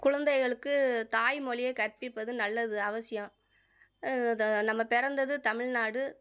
குழந்தைகளுக்கு தாய்மொழிய கற்பிப்பது நல்லது அவசியம் த நம்ம பிறந்தது தமிழ்நாடு